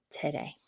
today